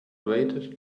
weighted